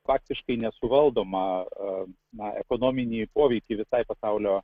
faktiškai nesuvaldomą ekonominį poveikį visai pasaulio